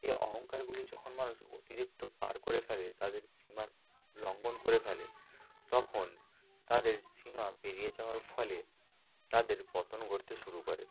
এই অহংকারগুলি যখন মানুষ অতিরিক্ত পার করে ফেলে তাদের সীমা লঙ্ঘন করে ফেলে তখন তাদের সীমা পেরিয়ে যাওয়ার ফলে তাদের পতন ঘটতে শুরু করে